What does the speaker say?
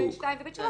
(ב)(2) ו-(ב)(3)",